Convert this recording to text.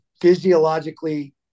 physiologically –